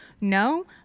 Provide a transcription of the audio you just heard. No